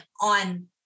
on